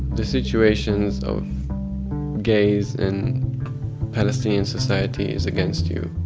the situations of gays in palestinian society is against you.